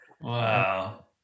Wow